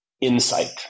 insight